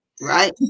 right